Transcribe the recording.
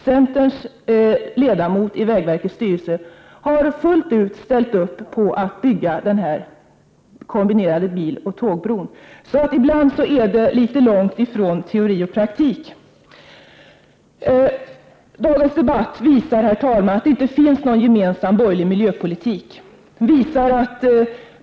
Centerns ledamot i vägverkets styrelse har fullt ut ställt upp på att bygga denna kombinerade biloch tågbro. Ibland är det långt mellan teori och praktik! Herr talman! Dagens debatt visar att det inte finns någon gemensam borgerlig miljöpolitik.